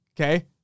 okay